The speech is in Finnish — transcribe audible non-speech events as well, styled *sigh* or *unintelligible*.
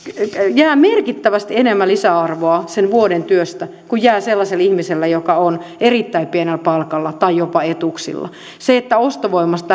jää merkittävästi enemmän lisäarvoa sen vuoden työstä kuin jää sellaiselle ihmiselle joka on erittäin pienellä palkalla tai jopa etuuksilla kun ostovoimasta *unintelligible*